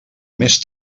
més